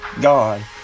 God